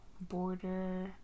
border